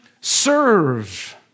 serve